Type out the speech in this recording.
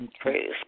Praise